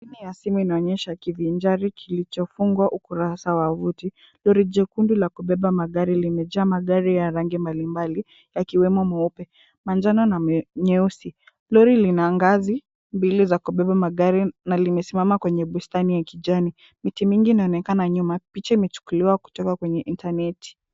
Skrini ya simu inaonyesha kivinjari kilichofunga ukurasa wa wavuti. Lori jekundu la kubeba magari limejaa magari ya rangi mbalimbali yakiwemo meupe, manjano na nyeusi. Lori lina ngazi mbili za kubeba magari na limesimama kwenye bustani ya kijani. Miti mingi inaonekana nyuma. Picha imechukuliwa kutoka kwenye intaneti.